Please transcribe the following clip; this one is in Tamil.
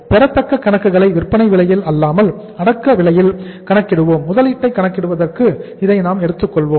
பெறத்தக்க கணக்குகளை விற்பனை விலையில் அல்லாமல் அடக்க விலையில் கணக்கிடுவோம் முதலீட்டை கணக்கிடுவதற்கு இதை நாம் எடுத்துக் கொள்வோம்